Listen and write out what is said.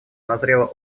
назрела